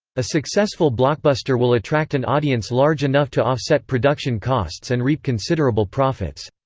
a successful blockbuster will attract an audience large enough to offset production costs and reap considerable profits.